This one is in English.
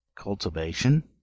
cultivation